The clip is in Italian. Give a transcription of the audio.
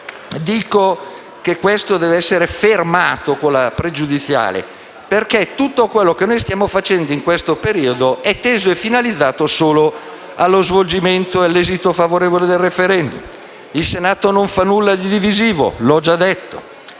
dico che questo testo deve essere fermato attraverso la questione pregiudiziale? Perché tutto quello che noi stiamo facendo in questo periodo è teso e finalizzato solo allo svolgimento e all'esito favorevole del *referendum*. Il Senato non fa nulla di divisivo, come ho già detto.